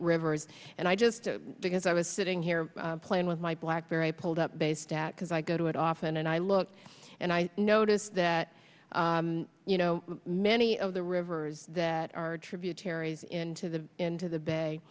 rivers and i just because i was sitting here playing with my blackberry pulled up based at because i go to it often and i look and i notice that you know many of the rivers that are tributaries into the into the bay